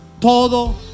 Todo